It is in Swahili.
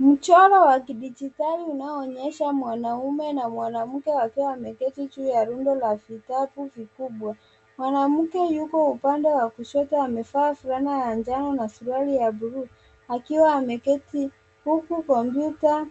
Mchoro wa kidijitali unaoonyesha mwanaume na mwanamke wakiwa wameketi juu ya rundo la vitabu vikubwa. Mwanamke yuko upande wa kushoto amevaa fulana ya njano na suruali ya buluu akiwa ameketi huku kompyuta